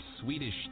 Swedish